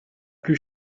plus